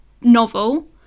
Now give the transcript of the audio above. novel